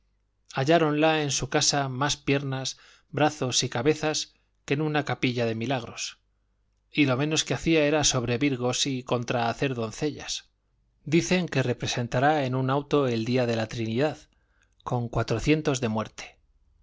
murmuradora halláronla en su casa más piernas brazos y cabezas que en una capilla de milagros y lo menos que hacía era sobrevirgos y contrahacer doncellas dicen que representará en un auto el día de la trinidad con cuatrocientos de muerte